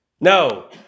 No